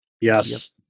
Yes